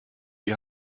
ihr